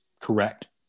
correct